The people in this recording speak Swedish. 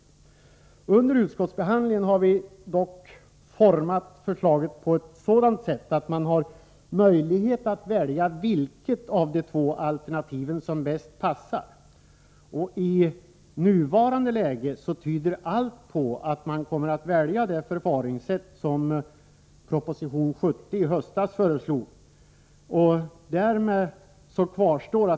Under Torsdagen den utskottsbehandlingen har vi dock format förslaget på ett sådant sätt att man 22 mars 1984 har möjlighet att välja vilket av de två alternativen som bäst passar. I nuvarande läge tyder allt på att man kommer att välja det förfaringssätt som i höstas föreslogs i proposition 70.